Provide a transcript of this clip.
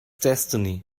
destiny